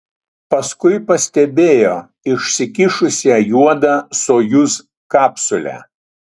paskui pastebėjo išsikišusią juodą sojuz kapsulę